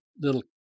little